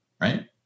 right